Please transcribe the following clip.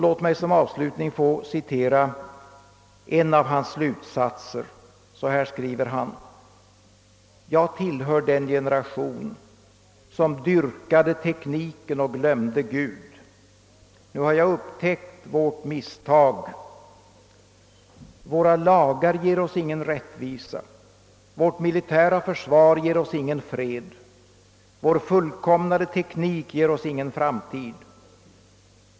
Låt mig som avslutning få citera en av hans slutsatser: »Jag tillhör den generation som dyrkade tekniken och glömde Gud. Nu har jag upptäckt vårt misstag. Våra lagar ger oss ingen rättvisa. Vårt militära försvar ger oss ingen fred. Vår fullkomnade teknik ger oss ingen framtid.